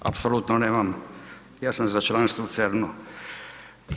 Apsolutno nemam, ja sam za članstvo u CERN-u.